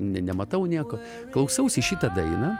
ne nematau nieko klausausi šitą dainą